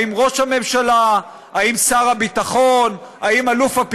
האם ראש הממשלה?